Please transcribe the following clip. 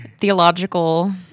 theological